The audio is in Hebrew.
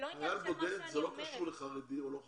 חייל בודד, זה לא קשור לחרדי או לא חרדי.